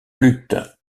lutte